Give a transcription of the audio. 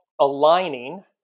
aligning